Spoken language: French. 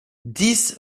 dix